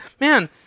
man